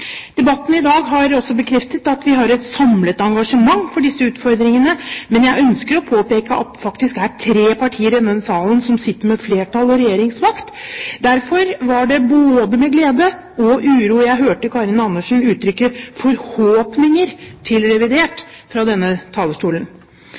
Debatten i dag har bekreftet at vi har et samlet engasjement for disse utfordringene. Men jeg ønsker å påpeke at det faktisk er tre partier i denne salen som sitter med flertall og regjeringsmakt. Derfor var det både med glede og uro jeg hørte Karin Andersen uttrykke forhåpninger til revidert